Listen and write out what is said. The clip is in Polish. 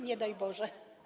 Nie daj Boże.